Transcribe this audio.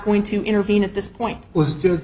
going to intervene at this point was